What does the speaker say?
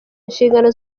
inshingano